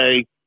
okay